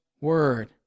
Word